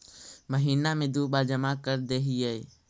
महिना मे दु बार जमा करदेहिय?